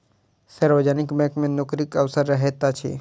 सार्वजनिक बैंक मे नोकरीक अवसर रहैत अछि